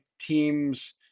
teams